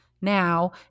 now